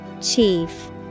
Chief